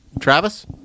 Travis